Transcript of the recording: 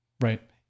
Right